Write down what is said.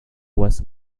west